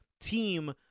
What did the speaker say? team